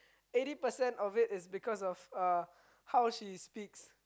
eighty percent of it is because of uh how she speaks